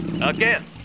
Again